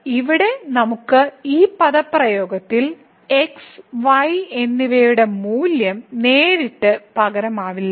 എന്നാൽ ഇവിടെ നമുക്ക് ഈ പദപ്രയോഗത്തിൽ x y എന്നിവയുടെ മൂല്യം നേരിട്ട് പകരമാവില്ല